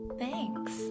Thanks